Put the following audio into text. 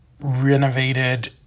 renovated